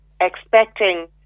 expecting